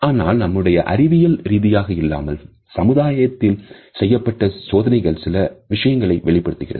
ஆனால் நம்முடைய அறிவியல் ரீதியாக இல்லாமல் சமுதாயத்தில் செய்யப்பட்ட சோதனைகள் சில விஷயங்களை வெளிப்படுத்துகின்றன